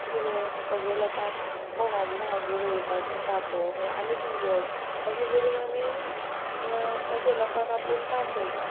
कितें करप सगळे लोकांक कोणागे कोणागेर रोयतात तिंकां आपोवप मागीर आमी तींगे वचप अशें करून आमी अशें लोकांक आपोवन काम करता